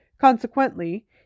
Consequently